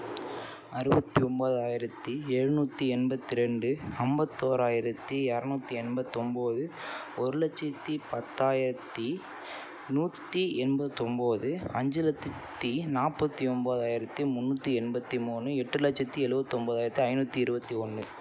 அறுபத்து ஒம்போதாயிரத்து எழுநூற்றி எண்பத்து ரெண்டு ஐம்பத்தோராயரத்தி எறநூற்றி எண்பத்து ஒம்பது ஒரு லட்சத்து பத்தாயரத்து நூற்றி எண்பத்து ஒம்பது அஞ்சு லட்சத்து நாற்பத்தி ஒம்பதாயிரத்தி முந்நூற்றி எண்பத்து மூணு எட்டு லட்சத்து எழுபத்தி ஒன்பதாயிரத்து ஐநூற்றி இருபத்தி ஒன்று